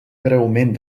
greument